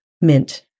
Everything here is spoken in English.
mint